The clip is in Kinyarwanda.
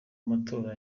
amatora